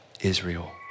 Israel